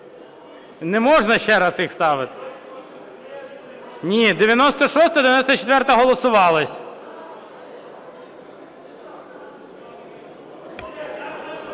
Не можна ще раз їх ставити. Ні, 96-а і 94-а голосувались.